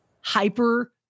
hyper